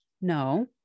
No